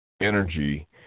energy